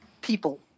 people